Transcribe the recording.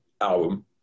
album